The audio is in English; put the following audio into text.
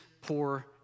poor